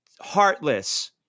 heartless